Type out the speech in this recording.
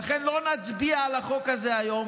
לכן לא נצביע על החוק הזה היום.